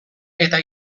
eta